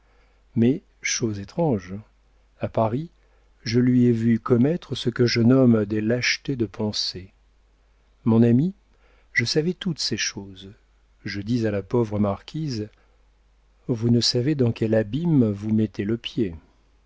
mais chose étrange à paris je lui ai vu commettre ce que je nomme des lâchetés de pensée mon ami je savais toutes ces choses je dis à la pauvre marquise vous ne savez dans quel abîme vous mettez le pied